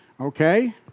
Okay